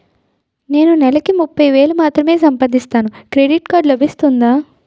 నేను నెల కి ముప్పై వేలు మాత్రమే సంపాదిస్తాను క్రెడిట్ కార్డ్ లభిస్తుందా?